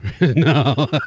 No